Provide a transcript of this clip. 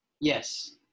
yes